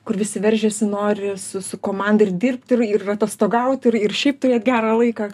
kur visi veržiasi nori su su komanda ir dirbt ir ir atostogaut ir ir šiaip turėt gerą laiką